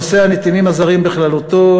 לנושא הנתינים הזרים בכללותו,